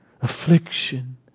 Affliction